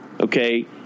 okay